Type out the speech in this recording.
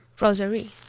Rosary